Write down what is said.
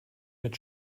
mit